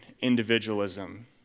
individualism